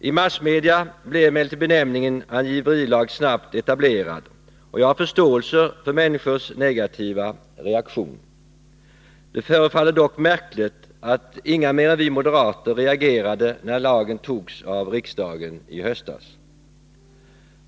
I massmedia blev emellertid benämningen angiverilag snabbt etablerad, och jag har förståelse för människors negativa reaktion. Det förefaller dock märkligt att inga mer än vi moderater reagerade när lagen i höstas antogs av riksdagen.